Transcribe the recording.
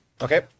Okay